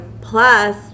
plus